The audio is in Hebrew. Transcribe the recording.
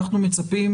אנחנו מצפים,